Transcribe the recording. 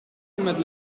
met